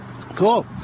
Cool